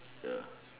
ya